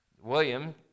William